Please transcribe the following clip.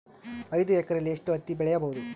ಐದು ಎಕರೆಯಲ್ಲಿ ಎಷ್ಟು ಹತ್ತಿ ಬೆಳೆಯಬಹುದು?